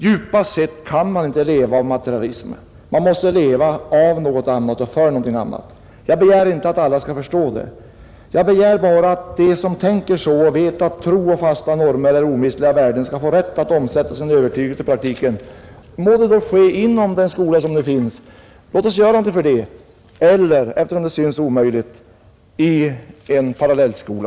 Djupast sett kan man inte leva av materialism. Man måste leva av något annat och för något annat. Jag begär inte att alla skall förstå det. Jag begär bara att de som tänker så och vet att tro och fasta normer är omistliga värden skall få rätt att omsätta sin övertygelse i praktiken. Må det då ske inom den skola som nu finns — låt oss göra någonting för det — eller, eftersom det synes omöjligt, i en parallellskola!